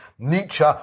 Nietzsche